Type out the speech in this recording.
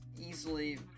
easily